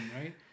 right